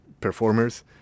performers